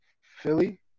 Philly